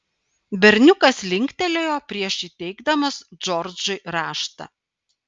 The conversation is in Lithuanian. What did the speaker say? berniukas linktelėjo prieš įteikdamas džordžui raštą